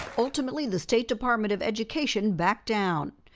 ultimately, the state department of education backed down.